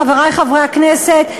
חברי חברי הכנסת,